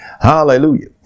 Hallelujah